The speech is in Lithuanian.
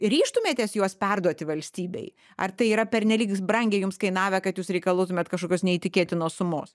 ryžtumėtės juos perduoti valstybei ar tai yra pernelyg brangiai jums kainavę kad jūs reikalautumėte kažkokios neįtikėtinos sumos